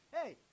Hey